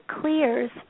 clears